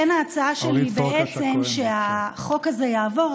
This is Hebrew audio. לכן ההצעה שלי היא בעצם שהחוק הזה יעבור,